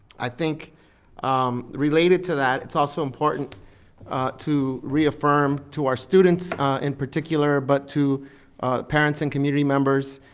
i think um related to that it's also important to reaffirm to our students in particular, but to parents and community members,